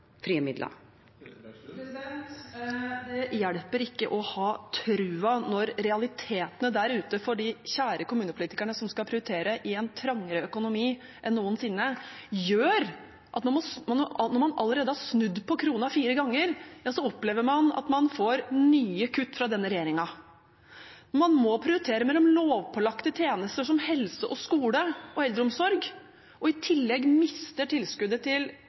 frie midler. Det hjelper ikke å ha trua når realitetene der ute for de kjære kommunepolitikerne som skal prioritere i en trangere økonomi enn noensinne, og som allerede har snudd på krona fire ganger, opplever å få nye kutt fra denne regjeringen. Når man må prioritere mellom lovpålagte tjenester som helse, skole og eldreomsorg og i tillegg mister tilskuddet til